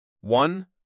One